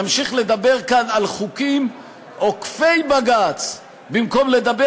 נמשיך לדבר כאן על חוקים עוקפי-בג"ץ במקום לדבר